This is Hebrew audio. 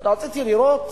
רציתי לראות